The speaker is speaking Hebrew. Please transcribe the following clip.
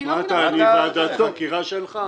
אני בוועדת חקירה שלך?